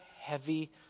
heavy